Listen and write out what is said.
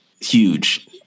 Huge